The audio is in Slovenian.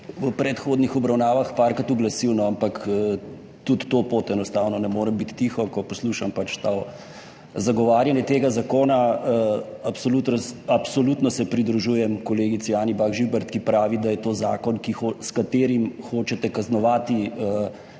v predhodnih obravnavah parkrat oglasil, ampak tudi to pot enostavno ne morem biti tiho, ko poslušam zagovarjanje tega zakona. Absolutno se pridružujem kolegici Anji Bah Žibert, ki pravi, da je to zakon, s katerim hočete kaznovati